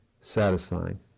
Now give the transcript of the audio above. satisfying